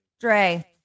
Dre